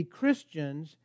Christians